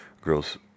girls